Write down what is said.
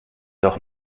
doch